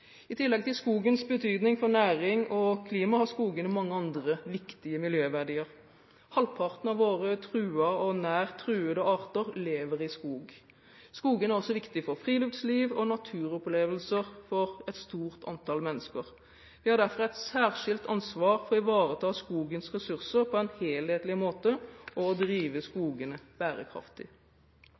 I tillegg til skogenes betydning for næring og klima har skogene mange andre viktige miljøverdier. Halvparten av våre truede og nær truede arter lever i skog. Skogene er også viktige for friluftsliv og naturopplevelser for et stort antall mennesker. Vi har derfor et særskilt ansvar for å ivareta skogens ressurser på en helhetlig måte og drive skogene bærekraftig.